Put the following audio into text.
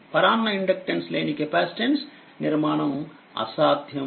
పరాన్న ఇండక్టెన్స్ లేని కెపాసిటన్స్ నిర్మాణం అసాధ్యం